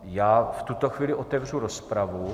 Já v tuto chvíli otevřu rozpravu.